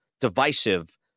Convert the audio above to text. divisive